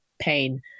pain